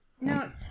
No